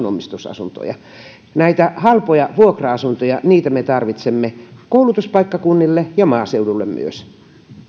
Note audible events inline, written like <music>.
<unintelligible> omistusasuntoja näitä halpoja vuokra asuntoja me tarvitsemme koulutuspaikkakunnille ja maaseudulle myös